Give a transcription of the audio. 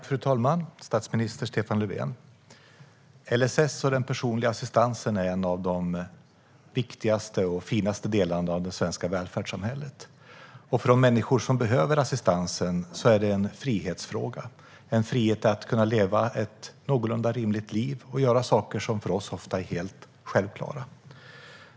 Fru talman och statsminister Stefan Löfven! LSS och den personliga assistansen är en av de viktigaste och finaste delarna av det svenska välfärdssamhället. För de människor som behöver assistansen är det en frihetsfråga. Det ger dem frihet att leva ett någorlunda rimligt liv och göra saker som för oss ofta är helt självklara.